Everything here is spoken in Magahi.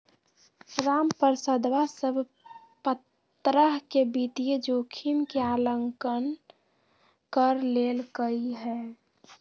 रामप्रसादवा सब प्तरह के वित्तीय जोखिम के आंकलन कर लेल कई है